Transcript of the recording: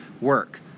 work